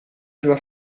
della